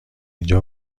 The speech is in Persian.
اینجا